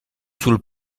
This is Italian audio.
sul